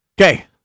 Okay